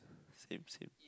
same same